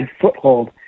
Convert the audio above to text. foothold